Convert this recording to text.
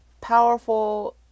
powerful